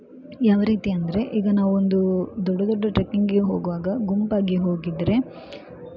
ಯಾವ ರೀತಿ ಅಂದರೆ ಈಗ ನಾವೊಂದು ದೊಡ್ಡ ದೊಡ್ಡ ಟ್ರೆಕಿಂಗ್ಗೆ ಹೋಗುವಾಗ ಗುಂಪಾಗಿ ಹೋಗಿದ್ದರೆ